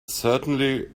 certainly